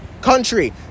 country